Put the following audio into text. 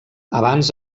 abans